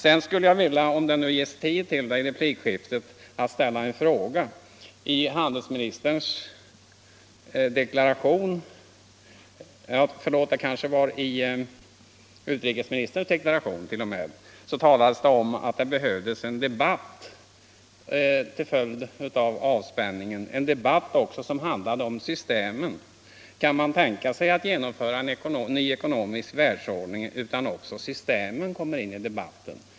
Sedan skulle jag, om det nu ges tid till det i replikskiftet, vilja ställa en fråga. I utrikesministerns deklaration talades det om att det behövdes en debatt till följd av avspänningen, en debatt som också handlade om systemen. Kan man tänka sig att genomföra en ny ekonomisk världsordning utan att också systemen kommer in i debatten?